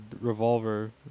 revolver